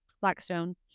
blackstone